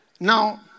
Now